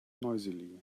noisily